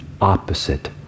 opposite